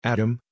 Adam